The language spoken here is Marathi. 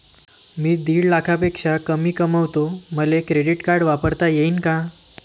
मी दीड लाखापेक्षा कमी कमवतो, मले क्रेडिट कार्ड वापरता येईन का?